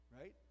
Right